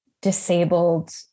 disabled